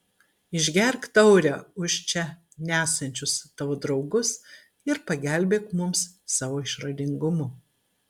išgerk taurę už čia nesančius tavo draugus ir pagelbėk mums savo išradingumu